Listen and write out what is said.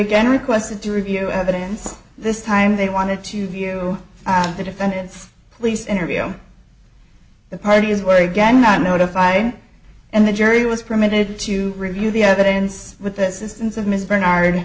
again requested to review evidence this time they wanted to view the defendant's police interview the parties were again not notified and the jury was permitted to review the evidence with this instance of ms bernard